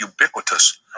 ubiquitous